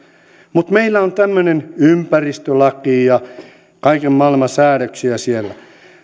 mutta meillä on tämmöinen ympäristölaki ja kaiken maailman säädöksiä siellä